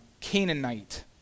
Canaanite